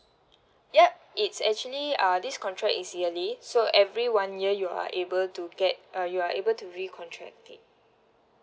yup it's actually uh this contract is yearly so every one year you are able to get uh you are able to recontract it